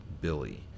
Billy